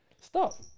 Stop